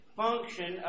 function